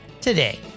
today